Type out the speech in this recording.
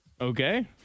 okay